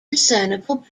discernible